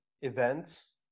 events